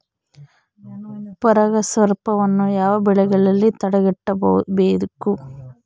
ಪರಾಗಸ್ಪರ್ಶವನ್ನು ಯಾವ ಬೆಳೆಗಳಲ್ಲಿ ತಡೆಗಟ್ಟಬೇಕು?